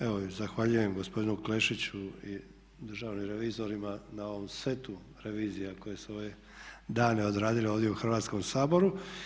Evo zahvaljujem gospodinu Klešiću i državnim revizorima na ovom setu revizija koje su u ove dane odradili ovdje u Hrvatskom saboru.